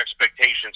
expectations